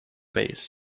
base